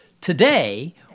Today